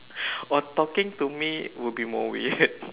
or talking to me will be more weird